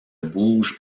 bouge